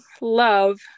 love